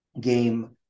game